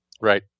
Right